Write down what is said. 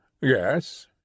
Yes